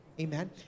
Amen